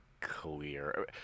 clear